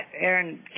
Aaron